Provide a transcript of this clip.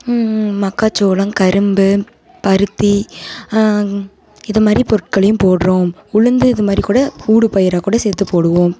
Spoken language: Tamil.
மக்காச்சோளம் கரும்பு பருத்தி இது மாதிரி பொருட்களையும் போடுறோம் உளுந்து இது மாதிரி கூட ஊடு பயிராக கூட சேர்த்து போடுவோம்